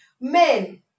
Men